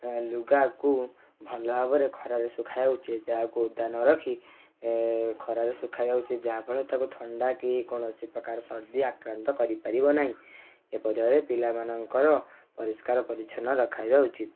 ଲୁଗାକୁ ଭଲଭାବରେ ଖରାରେ ଶୁଖାଇବା ଉଚିତ୍ ଯାହାକୁ ଓଦା ନରଖି ଖରାରେ ଶୁଖାଇବା ଉଚିତ୍ ଯାହାଫଳରେ ତାକୁ ଥଣ୍ଡା କି କୌଣସି ପ୍ରକାର ସର୍ଦ୍ଦି ଆକ୍ରାନ୍ତ କରିପାରିବ ନାହିଁ ଏପରି ଭାବରେ ପିଲାମାନଙ୍କର ପରିଷ୍କାର ପରିଛନ୍ନ ରଖାଇଯିବା ଉଚିତ୍